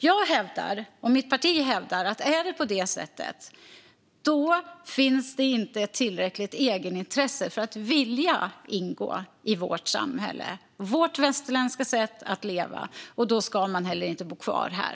Jag och mitt parti hävdar att om det är så finns det inte tillräckligt egenintresse för att vilja ingå i vårt samhälle och vårt västerländska sätt att leva, och då ska man inte heller bo kvar här.